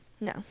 No